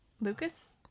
Lucas